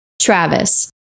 Travis